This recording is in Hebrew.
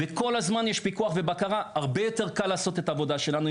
וכל הזמן יש פיקוח ובקרה הרבה יותר קל לעשות את העבודה שלנו.